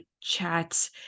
chat